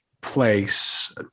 place